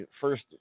First